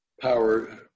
power